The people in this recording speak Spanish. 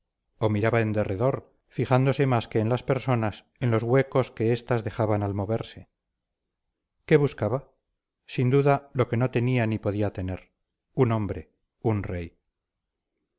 o miraba en derredor fijándose más que en las personas en los huecos que estas dejaban al moverse qué buscaba sin duda lo que no tenía ni podía tener un hombre un rey